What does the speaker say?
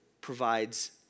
provides